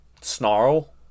snarl